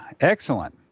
Excellent